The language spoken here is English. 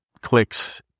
clicks